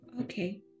Okay